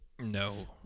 No